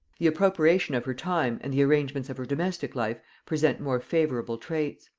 the appropriation of her time and the arrangements of her domestic life present more favorable traits.